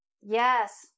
Yes